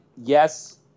yes